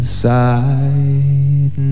side